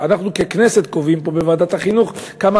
אנחנו ככנסת קובעים פה בוועדת החינוך כמה